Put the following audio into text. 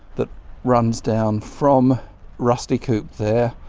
that runs down from rusty coupe there,